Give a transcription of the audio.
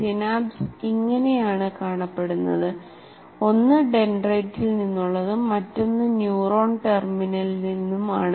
synapse ഇങ്ങനെയാണ് കാണപ്പെടുന്നത് ഒന്ന് ഡെൻഡ്രൈറ്റിൽ നിന്നുള്ളതും മറ്റൊന്ന് ന്യൂറോൺ ടെർമിനലിൽ നിന്നുമാണ്